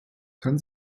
kann